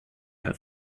have